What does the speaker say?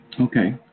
Okay